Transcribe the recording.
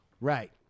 Right